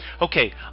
Okay